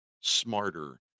smarter